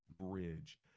Bridge